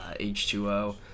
H2O